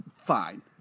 fine